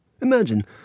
Imagine